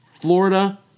Florida